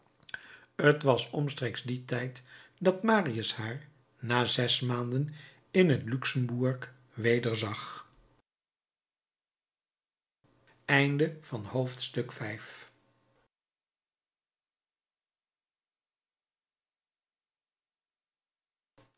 t was omstreeks dien tijd dat marius haar na zes maanden in het luxembourg wederzag